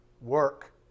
work